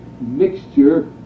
mixture